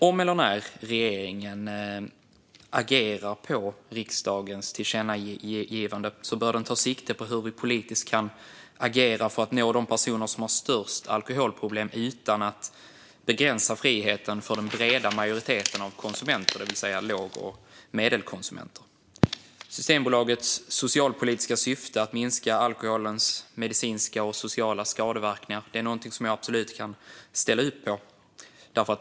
Om eller när regeringen agerar på riksdagens tillkännagivande bör den dock ta sikte på hur vi politiskt kan agera för att nå de personer som har störst alkoholproblem utan att begränsa friheten för den breda majoriteten av konsumenter, det vill säga låg och medelkonsumenter. Systembolagets socialpolitiska syfte, att minska alkoholens medicinska och sociala skadeverkningar, är någonting som jag absolut kan ställa upp på.